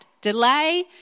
delay